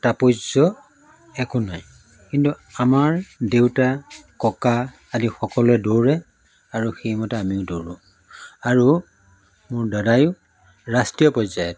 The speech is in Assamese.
তাৎপৰ্য একো নাই কিন্তু আমাৰ দেউতা ককা আদি সকলোৱে দৌৰে আৰু সেইমতে আমিও দৌৰোঁ আৰু মোৰ দাদায়ো ৰাষ্ট্ৰীয় পৰ্যায়ত